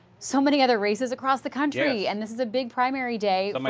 so many other races across the country and this is a big primary day. i mean